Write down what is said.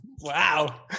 Wow